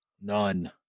None